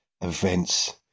events